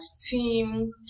team